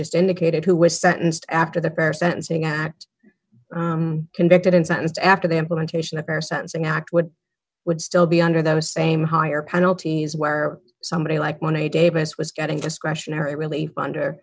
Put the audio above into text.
just indicated who was sentenced after the fair sentencing act convicted and sentenced after the implementation of our sensing act would would still be under those same higher penalties where somebody like one a davis was getting discretionary relief under